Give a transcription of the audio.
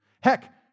Heck